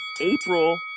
April